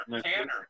Tanner